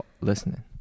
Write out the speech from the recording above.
listening